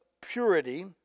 purity